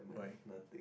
why